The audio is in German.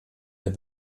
der